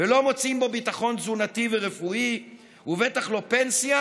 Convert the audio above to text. ולא מוצאים בו ביטחון תזונתי ורפואי ובטח לא פנסיה,